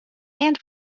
and